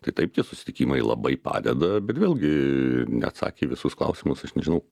tai taip tie susitikimai labai padeda bet vėlgi neatsakė į visus klausimus aš nežinau